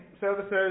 services